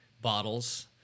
bottles